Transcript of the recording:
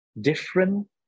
different